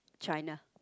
China